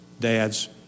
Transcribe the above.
dads